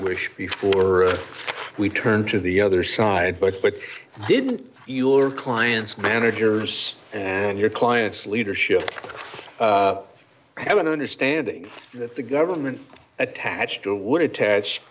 wish before we turn to the other side but didn't you or clients managers and your clients leadership have an understanding that the government attached to a would attach